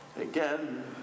again